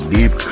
Deep